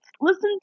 listen